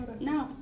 No